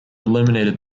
eliminated